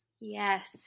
Yes